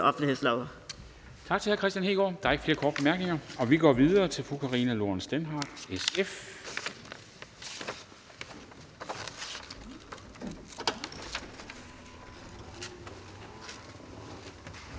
Dam Kristensen): Tak til hr. Kristian Hegaard. Der er ikke flere korte bemærkninger, så vi går videre til fru Karina Lorentzen Dehnhardt, SF.